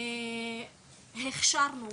הכשרנו